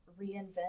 reinvent